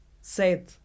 set